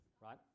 right